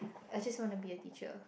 I just wanna be a teacher